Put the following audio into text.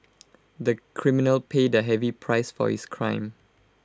the criminal paid A heavy price for his crime